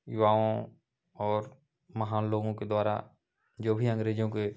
युवाओं और महान लोगों के द्वारा जो भी अंग्रेजों के